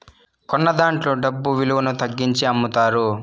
కొన్నదాంట్లో డబ్బు విలువను తగ్గించి అమ్ముతారు